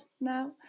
now